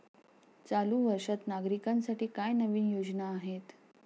चालू वर्षात नागरिकांसाठी काय नवीन योजना आहेत?